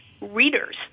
readers